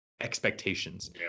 Expectations